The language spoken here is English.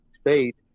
state